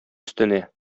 өстенә